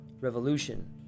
Revolution